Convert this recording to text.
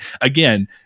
again